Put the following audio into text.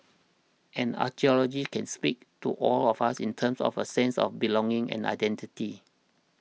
and archaeology can speak to all of us in terms of a sense of belonging and identity